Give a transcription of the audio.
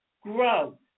grow